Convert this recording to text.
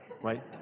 right